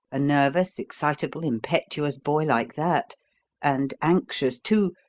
a nervous, excitable, impetuous boy like that and anxious, too,